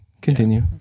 Continue